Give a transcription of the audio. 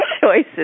choices